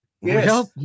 Yes